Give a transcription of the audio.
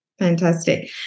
Fantastic